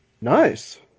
Nice